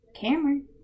Cameron